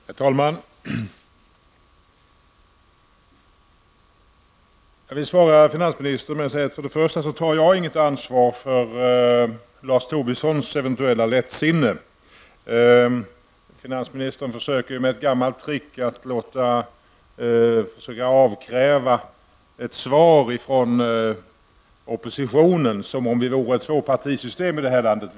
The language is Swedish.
Herr talman! Jag vill svara finansministern med att säga till att börja med att jag inte tar något ansvar för Lars Tobissons eventuella lättsinne. Finansministern försöker med ett gammalt trick avkräva ett svar från oppositionen, som om vi hade ett tvåpartisystem här i landet.